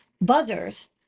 buzzers